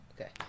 Okay